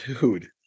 Dude